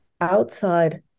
outside